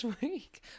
week